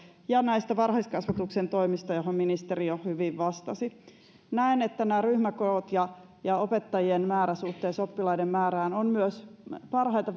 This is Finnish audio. ja näistä varhaiskasvatuksen toimista johon ministeri jo hyvin vastasi näen että ryhmäkoot ja ja opettajien määrä suhteessa oppilaiden määrään ovat myös parhaita